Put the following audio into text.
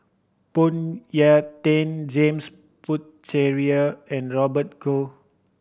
Phoon Yew Tien James Puthucheary and Robert Goh